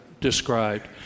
described